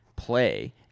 play